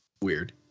Weird